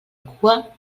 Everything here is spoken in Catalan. cua